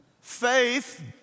faith